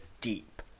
deep